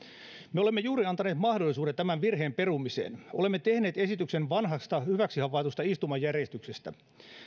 me olemme juuri antaneet mahdollisuuden tämän virheen perumiseen olemme tehneet esityksen vanhasta hyväksi havaitusta istumajärjestyksestä